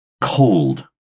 cold